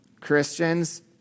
Christians